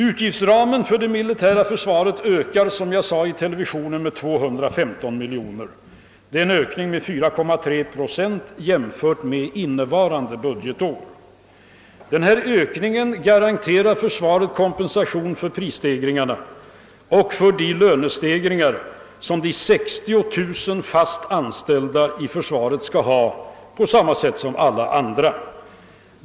Utgiftsramen för det militära försvaret ökar, som jag sade i TV, med 215 miljoner. Det innebär en ökning med 4,3 procent jämfört med innevarande budgetår. Denna ökning garanterar för svaret kompensation för prisstegringarna och för de lönestegringar som skall utgå för de 60 000 fast anställda i försvaret på samma sätt som alla andra.